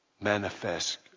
manifest